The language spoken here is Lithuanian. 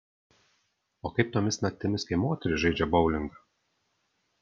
o kaip tomis naktimis kai moterys žaidžia boulingą